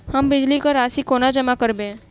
हम बिजली कऽ राशि कोना जमा करबै?